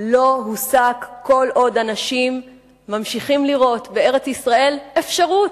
לא הוסק כל עוד אנשים ממשיכים לראות בארץ-ישראל אפשרות,